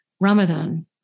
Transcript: Ramadan